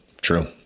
True